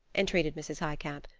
entreated mrs. highcamp.